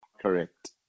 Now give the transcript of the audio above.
correct